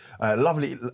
lovely